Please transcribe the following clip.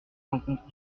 rencontres